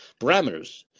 parameters